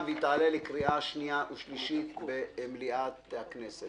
(תיקון מס' 28) (דחיית מועד הפירעון של הלוואה לדיור בנסיבות מיוחדות),